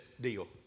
deal